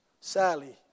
Sally